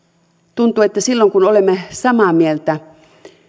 tuntuu että silloin kun olemme samaa mieltä